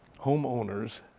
homeowners